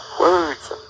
words